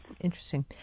Interesting